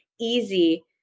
easy